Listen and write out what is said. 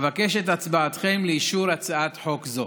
אבקש את הצבעתכם לאישור הצעת חוק זו.